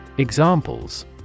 Examples